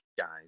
guys